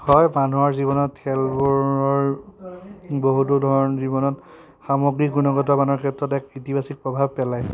হয় মানুহৰ জীৱনত খেলবোৰৰ বহুতো ধৰণে জীৱনত সামগ্ৰীক গুণগত মানৰ ক্ষেত্ৰত এক ইতিবাচক প্ৰভাৱ পেলায়